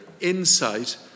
insight